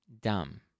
Dumb